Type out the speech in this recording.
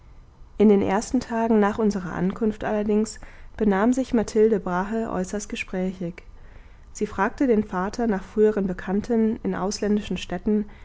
in den ersten tagen nach unserer ankunft allerdings benahm sich mathilde brahe äußerst gesprächig sie fragte den vater nach früheren bekannten in ausländischen städten